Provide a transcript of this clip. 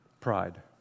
pride